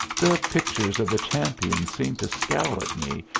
the pictures of the champions seemed to scowl at me,